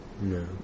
no